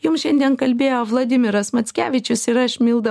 jums šiandien kalbėjo vladimiras mackevičius ir aš milda